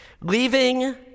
Leaving